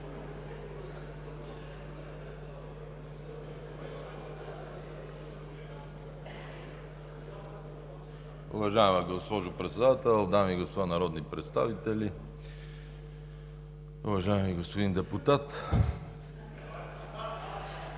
Уважаема госпожо Председател, дами и господа народни представители, уважаеми господин Данчев!